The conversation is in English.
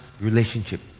relationship